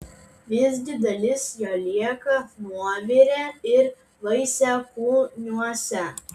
visgi dalis jo lieka nuovire ir vaisiakūniuose